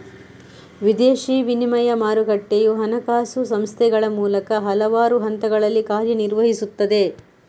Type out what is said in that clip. ವಿದೇಶಿ ವಿನಿಮಯ ಮಾರುಕಟ್ಟೆಯು ಹಣಕಾಸು ಸಂಸ್ಥೆಗಳ ಮೂಲಕ ಹಲವಾರು ಹಂತಗಳಲ್ಲಿ ಕಾರ್ಯ ನಿರ್ವಹಿಸುತ್ತದೆ